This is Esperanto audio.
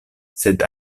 sed